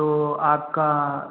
तो आपका